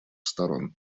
сторон